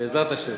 בעזרת השם.